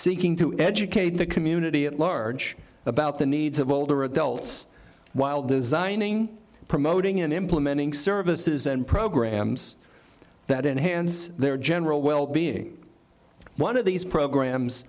seeking to educate the community at large about the needs of older adults while designing promoting in implementing services and programs that enhance their general wellbeing one of these programs